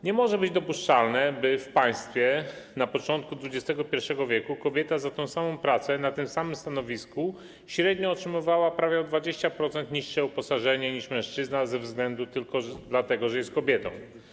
Nie może być dopuszczalne, by w państwie na początku XXI w. kobieta za tę samą pracę na tym samym stanowisku średnio otrzymywała prawie o 20% niższe uposażenie niż mężczyzna tylko dlatego, że jest kobietą.